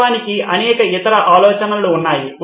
వాస్తవానికి అనేక ఇతర ఆలోచనలు ఉన్నాయి